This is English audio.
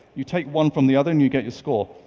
you take one from the other and you get your score.